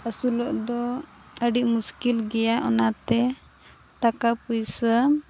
ᱟᱹᱥᱩᱞᱚᱜ ᱫᱚ ᱟᱹᱰᱤ ᱢᱩᱥᱠᱤᱞ ᱜᱮᱭᱟ ᱚᱱᱟᱛᱮ ᱴᱟᱠᱟᱼᱯᱩᱭᱥᱟᱹ